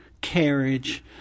carriage